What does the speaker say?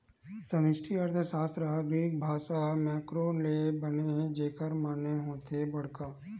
समस्टि अर्थसास्त्र ह ग्रीक भासा मेंक्रो ले बने हे जेखर माने होथे बड़का